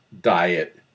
Diet